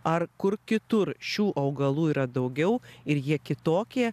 ar kur kitur šių augalų yra daugiau ir jie kitokie